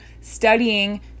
studying